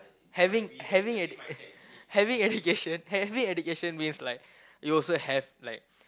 having having ed~ having education having education means like you also have like